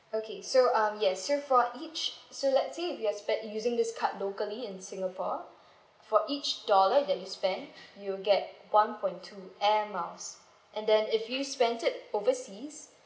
okay so um yes so for each so let's say if you're using spend this card locally in singapore for each dollar that you spent you will get one point two air miles and then if you spend it overseas